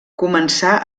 començà